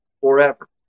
forever